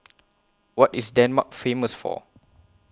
What IS Denmark Famous For